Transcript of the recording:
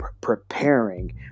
preparing